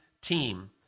team